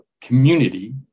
community